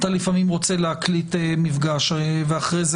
לפעמים אתה רוצה להקליט מפגש ואחרי זה